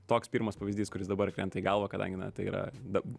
toks pirmas pavyzdys kuris dabar krenta į galvą kadangi na tai yra da